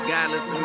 Godless